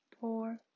four